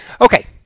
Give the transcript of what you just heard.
Okay